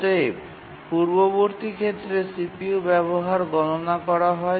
অতএব পূর্ববর্তী ক্ষেত্রে CPU ব্যবহার গণনা করা হয়